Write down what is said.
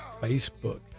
Facebook